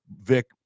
vic